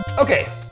Okay